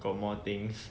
got more things